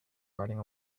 riding